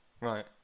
Right